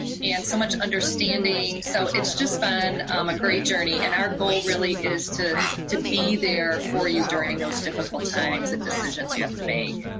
and so much understanding, so it's just been um a great journey, and our goal really is to to be there for you during those difficult times and decisions you have to make.